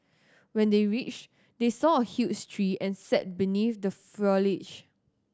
when they reached they saw a huge tree and sat beneath the foliage